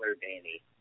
Danny